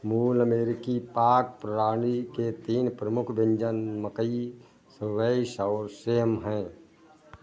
मूल अमेरिकी पाक प्रणाली के तीन प्रमुख व्यँजन मकई और सेम हैं